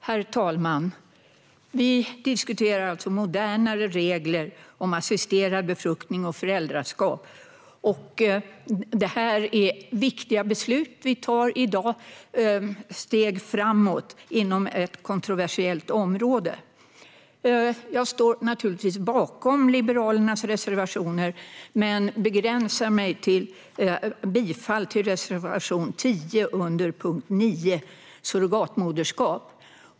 Herr talman! Vi diskuterar nu modernare regler för assisterad befruktning och föräldraskap. Vi tar i dag viktiga beslut och steg framåt inom ett kontroversiellt område. Jag står naturligtvis bakom Liberalernas reservationer men begränsar mig till att yrka bifall till reservation 10 under punkt 9, Surrogatmoderskap.